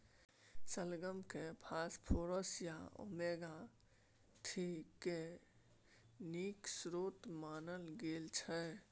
शलगम केँ फास्फोरस आ ओमेगा थ्री केर नीक स्रोत मानल गेल छै